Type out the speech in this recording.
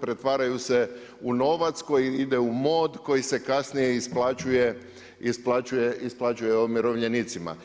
pretvaraju se u novac koji ide u mod koji se kasnije isplaćuje umirovljenicima.